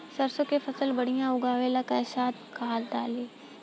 सरसों के फसल बढ़िया उगावे ला कैसन खाद डाली?